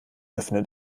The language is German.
öffne